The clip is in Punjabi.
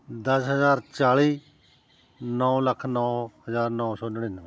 ਦਸ ਹਜ਼ਾਰ ਚਾਲੀ ਨੌ ਲੱਖ ਨੌ ਹਜ਼ਾਰ ਨੌ ਸੌ ਨੜਿਨਵੇਂ